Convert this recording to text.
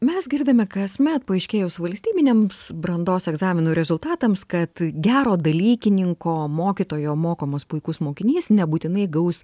mes girdime kasmet paaiškėjus valstybiniams brandos egzaminų rezultatams kad gero dalykininko mokytojo mokomas puikus mokinys nebūtinai gaus